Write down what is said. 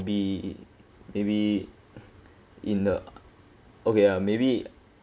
be maybe in the okay ah maybe